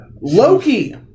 Loki